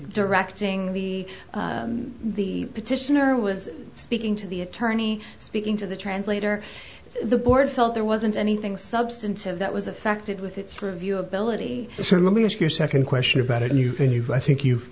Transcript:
directing the the petitioner was speaking to the attorney speaking to the translator the board felt there wasn't anything substantive that was affected with its review ability so let me ask your second question about it and you can you know i think you've